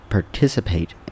Participate